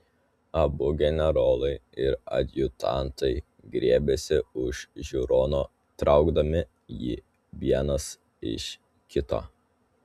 abu generolai ir adjutantai griebėsi už žiūrono traukdami jį vienas iš kito